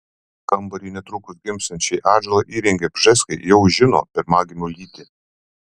kambarį netrukus gimsiančiai atžalai įrengę bžeskai jau žino pirmagimio lytį